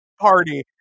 party